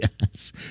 yes